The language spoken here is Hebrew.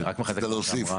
כן, רצית להוסיף.